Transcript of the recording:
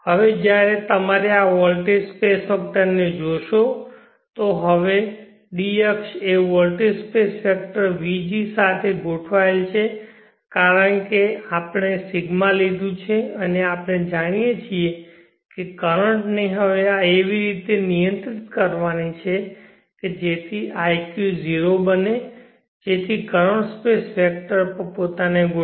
હવે જ્યારે તમારે આ વોલ્ટેજ સ્પેસ વેક્ટરને જોશો તો હવે d અક્ષ એ વોલ્ટેજ સ્પેસ વેક્ટર vg સાથે ગોઠવાયેલ છે કારણ કે આપણે આ ρ લીધું છે અને આપણે જોઈએ છીએ કે કરંટ ને હવે એવી રીતે નિયંત્રિત કરવાની છે કે iq 0 બનાવ્યું જેથી કરંટ સ્પેસ વેક્ટર પણ પોતાને ગોઠવે